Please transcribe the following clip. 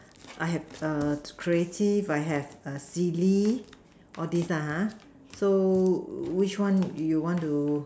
I have err creative I have silly all these lah ha so which one you want to